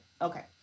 okay